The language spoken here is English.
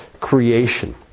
creation